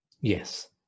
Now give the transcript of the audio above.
Yes